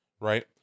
right